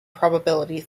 probability